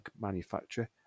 manufacturer